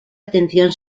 atención